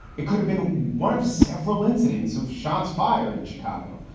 it could have been one of several incidents of shots fired in chicago.